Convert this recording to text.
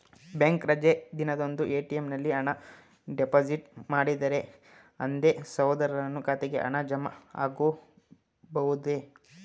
Bank ರಜೆ ದಿನದಂದು ATM ನಲ್ಲಿ ಹಣ ಡಿಪಾಸಿಟ್ ಮಾಡಿದರೆ ಅಂದೇ ಸಹೋದರನ ಖಾತೆಗೆ ಹಣ ಜಮಾ ಆಗಬಹುದೇ?